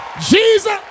Jesus